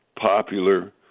popular